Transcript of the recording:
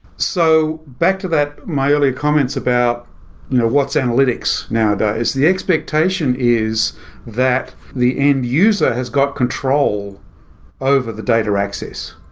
so back to that, my earlier comments about what's analytics nowadays the expectation is that the end user has got control over the data access,